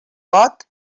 vot